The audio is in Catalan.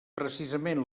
precisament